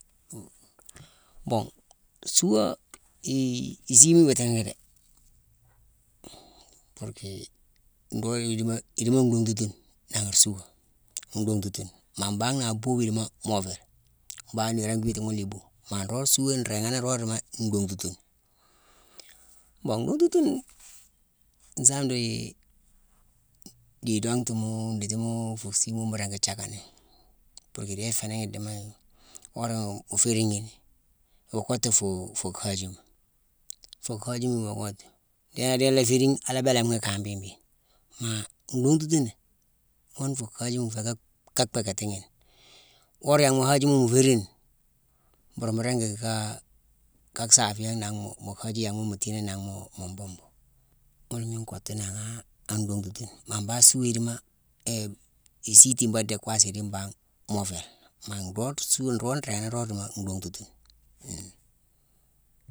Mbon suua, ii isiima iwiiti ghi dé. Purké nroog idimo, idimo dhontutune nanghar asuua: ndhontutune. Maa mbaagh nangha aboobu, idimo moovele. Mbangh niirone gwiiti ghuna ibuu. Maa nroog suuwéne rééghanone, nroog dimo ndhontutune. Mbon ndhontutune nsaame dii idonghtumaa ndhijimaa nfuu siima mu ringi jackani. Purké idéé ifénangh idimo worama mu féérighi ni, mu kottu fuu hajima. Fuu hajima mu kottu, mu la yick adéé la féérighi, a la bélameghi kangha béé-béé. Maa ndhonghtutune ghune fuu hajima nféé ka bhéékatighi ni. Woré yanghma mu hajima mu féérini, mbuur mu ringi kaa saaféyé nangh mu haji yanghma mu tiina nini nangh mu bumbu. Ghuna miine nkottu ni nanghaa ndhontutune. Maa mbangh suuwéne idimo isii timbade déck, guwas idi mbangh movel. Maa nroog nruu suua, nroog nrééghane, nroog nruu dimo ndhonghtutune-u.